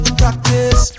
practice